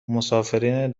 مسافرین